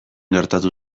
gertatu